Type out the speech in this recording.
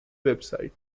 website